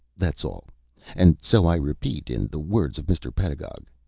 that's all and so i repeat, in the words of mr. pedagog,